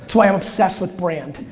why i'm obsessed with brand.